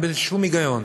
אין בזה שום היגיון.